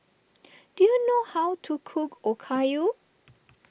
do you know how to cook Okayu